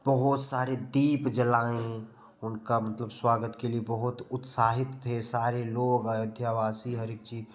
बहुत सारे दीप जलाएं उनका मतलब स्वागत के लिए बहुत उत्साहित थे सारे लोग आयोध्यावासी हर एक जीव